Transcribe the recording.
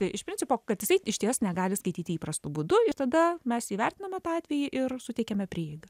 iš principo kad jisai išties negali skaityti įprastu būdu ir tada mes įvertiname tą atvejį ir suteikiame prieigą